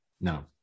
No